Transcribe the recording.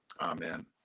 Amen